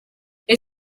they